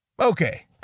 Okay